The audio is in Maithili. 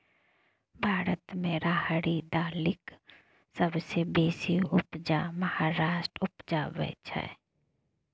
भारत मे राहरि दालिक सबसँ बेसी उपजा महाराष्ट्र उपजाबै छै